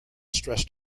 stressed